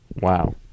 Wow